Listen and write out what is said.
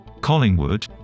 Collingwood